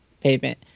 pavement